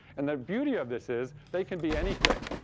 and the beauty of this is, they can be anything,